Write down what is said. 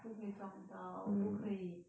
不可以撞到不可以